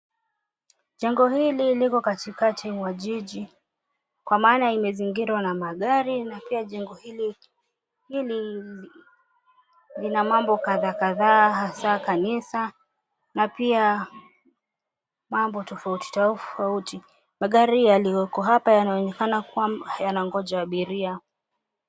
Jengo hili liko katikati mwa jiji, kwa maana imezingirwa na magari, na pia jengo hili lina mambo kadhaa kadhaa hasa kanisa, na pia mambo tofauti tofauti. Magari yaliyoko hapa yanayoonekana kuwa yanangoja abiria.